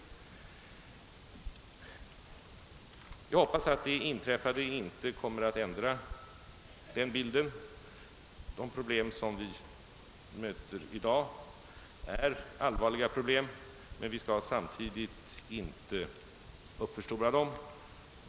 Jag hoppas att det inträffade inte kommer att ändra den bilden. De problem som vi möter i dag är allvarliga, men vi skall inte uppförstora dem.